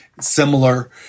similar